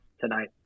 tonight